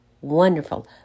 wonderful